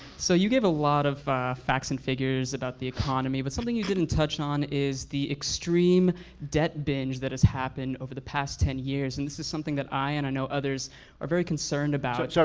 so you gave a lot of facts and figures about the economy, but something you didn't touch on is the extreme debt binge that has happened over the past ten years. and this is something that i, and i know others are very concerned about.